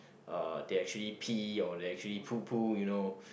uh they actually pee or they actually poo poo you know